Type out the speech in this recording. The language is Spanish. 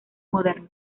moderno